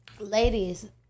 ladies